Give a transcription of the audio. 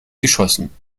geschossen